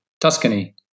Tuscany